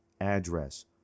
address